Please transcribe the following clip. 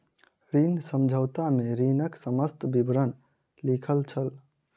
ऋण समझौता में ऋणक समस्त विवरण लिखल छल